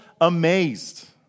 amazed